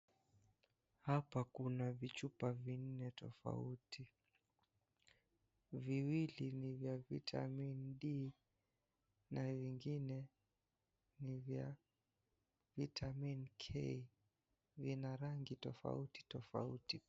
Hapa kuna vichupa vinne tofauti. Viwili ni vya vitamini D na vingine ni vya vitamini K. Vina rangi tofauti tofauti.